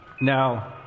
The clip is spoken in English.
Now